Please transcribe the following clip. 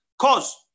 cause